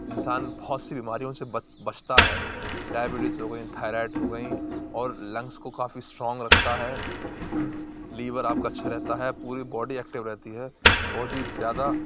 انسان بہت سی بیماریوں سے بچتا ہے ڈائیبٹیز ہو گئی تھائرائڈ ہو گئی اور لنگس کو کافی اسٹرانگ رکھتا ہے لیور آپ کا اچھا رہتا ہے پوری باڈی ایکٹیو رہتی ہے بہت ہی زیادہ